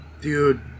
dude